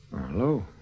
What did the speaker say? Hello